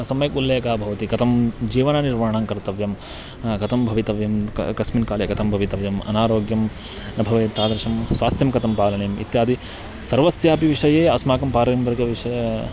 सम्यक् उल्लेखः भवति कथं जीवननिर्माणं कर्तव्यं कथं भवितव्यं क कस्मिन् काले कथं भवितव्यम् अनारोग्यं न भवेत् तादृशं स्वास्थ्यं कथं पालनीयम् इत्यादि सर्वस्यापि विषये अस्माकं पारम्परिक विषये